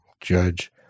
Judge